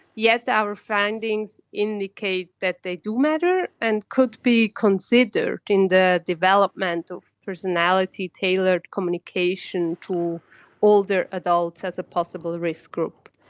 yet our findings indicate that they do matter and could be considered in the development of personality-tailored communication to older adults as a possible risk group.